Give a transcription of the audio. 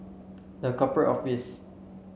The Corporate Office